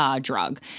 drug